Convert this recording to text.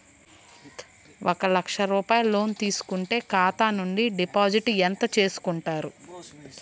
ఒక లక్ష రూపాయలు లోన్ తీసుకుంటే ఖాతా నుండి డిపాజిట్ ఎంత చేసుకుంటారు?